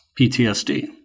PTSD